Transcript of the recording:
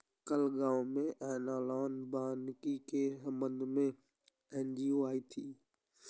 कल गांव में एनालॉग वानिकी के संबंध में एन.जी.ओ आई थी